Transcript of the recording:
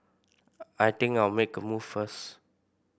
I think I'll make a move first